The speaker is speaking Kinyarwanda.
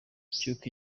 cy’uko